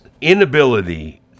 inability